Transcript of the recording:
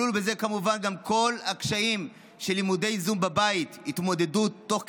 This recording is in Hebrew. כלולים בזה כמובן גם כל הקשיים של לימודי זום בבית,